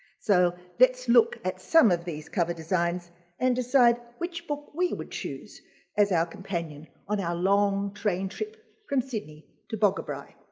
so let's look at some of these cover designs and decide which book we would choose as our companion on our long train trip from sydney to bogabri.